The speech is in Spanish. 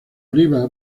oliva